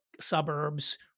suburbs